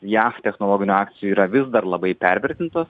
jav technologinių akcijų yra vis dar labai pervertintos